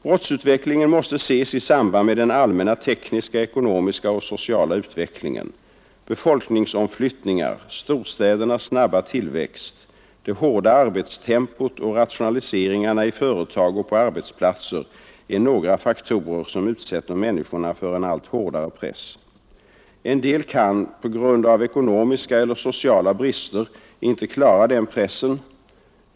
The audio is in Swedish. Brottsutvecklingen måste ses i samband med den allmänna tekniska, ekonomiska och sociala utvecklingen. Befolkningsomflyttningar, storstädernas snabba tillväxt, det hårda arbetstempot och rationaliseringar i företag och på arbetsplatser är några faktorer som utsätter människorna för en allt hårdare press. En del kan på grund av ekonomiska eller sociala brister inte klara den pressen.